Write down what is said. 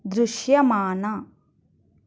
దృశ్యమాన